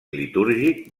litúrgic